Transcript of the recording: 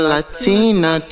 Latina